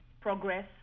progress